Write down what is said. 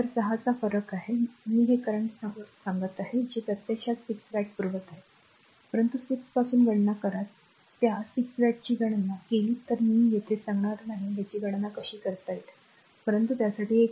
तर 6 फरक आहेत मी हे current source सांगत आहे जे प्रत्यक्षात 6 वॅट पुरवत आहे परंतु 6 पासून गणना करा जर त्या 6 वॅटची गणना r ने केली तर मी येथे सांगणार नाही याची गणना कशी करता येईल परंतु त्यासाठी एक exercise आहे